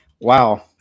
Wow